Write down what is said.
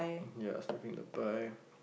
ya sniffing the pie